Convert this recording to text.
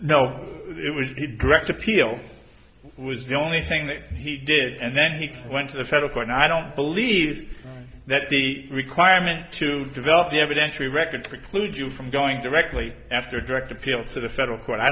the direct appeal was the only thing that he did and then he went to the federal court and i don't believe that the requirement to develop the evidentiary record precludes you from going directly after direct appeal to the federal court i